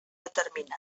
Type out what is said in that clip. determinada